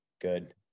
good